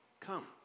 come